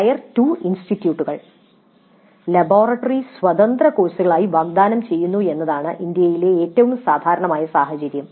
tyre 2 ഇൻസ്റ്റിറ്റ്യൂട്ടുകൾ ലബോറട്ടറികൾ സ്വതന്ത്ര കോഴ്സുകളായി വാഗ്ദാനം ചെയ്യുന്നു എന്നതാണ് ഇന്ത്യയിലെ ഏറ്റവും സാധാരണമായ സാഹചര്യം